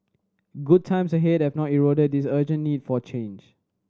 good times ahead have not eroded this urgent need for change